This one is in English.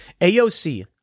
AOC